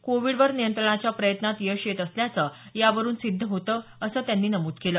कोविडवर नियंत्रणाच्या प्रयत्नात यश येत असल्याचं यावरून सिद्ध होतं असं त्यांनी नमूद केलं